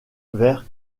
vers